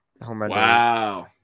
Wow